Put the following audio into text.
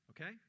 okay